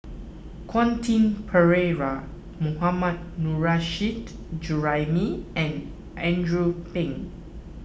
Quentin Pereira Mohammad Nurrasyid Juraimi and Andrew Phang